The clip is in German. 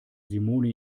simone